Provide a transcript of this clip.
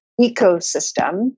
ecosystem